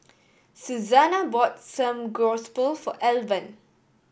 Suzanna bought Samgeyopsal for Alvan